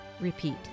Repeat